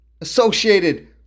associated